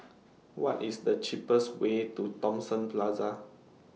What IS The cheapest Way to Thomson Plaza